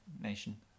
Nation